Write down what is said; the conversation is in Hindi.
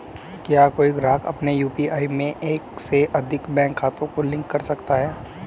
क्या कोई ग्राहक अपने यू.पी.आई में एक से अधिक बैंक खातों को लिंक कर सकता है?